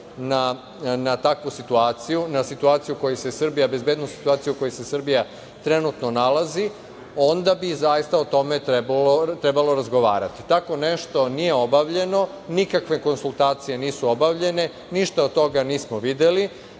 na takvu situaciju, na bezbednosnu situaciju u kojoj se Srbija trenutno nalazi, onda bi zaista o tome trebalo razgovarati. Tako nešto nije obavljeno, nikakve konsultacije nisu obavljene, ništa od toga nismo videli,